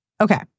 Okay